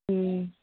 ह्